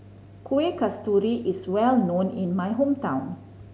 Kueh Kasturi is well known in my hometown